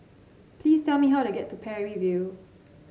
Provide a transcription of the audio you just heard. please tell me how to get to Parry View